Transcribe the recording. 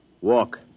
Walk